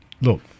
look